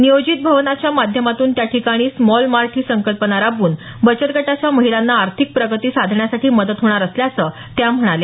नियोजित भवनाच्या माध्यमातून त्या ठिकाणी स्मॉल मार्ट ही संकल्पना राबवून बचतगटाच्या महिलांना आर्थिक प्रगती साधण्यासाठी मदत होणार असल्याचं त्या म्हणाल्या